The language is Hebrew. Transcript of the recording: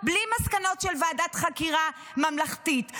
בלי מסקנות של ועדת חקירה ממלכתית.